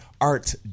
art